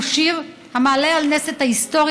הוא שיר המעלה על נס את ההיסטוריה,